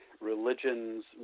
religions-